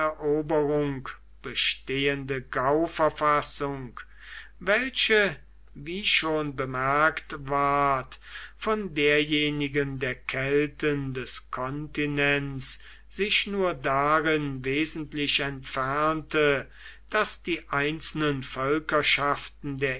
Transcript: eroberung bestehende gauverfassung welche wie schon bemerkt ward von derjenigen der kelten des kontinents sich nur darin wesentlich entfernte daß die einzelnen völkerschaften der